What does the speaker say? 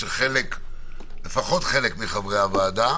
אבל לפחות חלק מחברי הוועדה